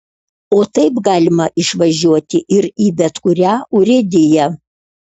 o taip galima išvažiuoti ir į bet kurią urėdiją